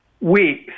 weeks